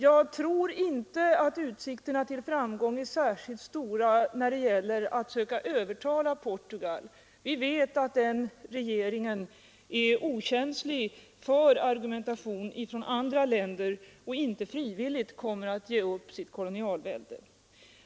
Jag tror inte att utsikterna till framgång är särskilt stora när det gäller att söka övertala Portugal. Vi vet att den regeringen är okänslig för argumentation från andra länder och inte frivilligt kommer att ge upp sitt kolonialvälde.